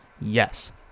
yes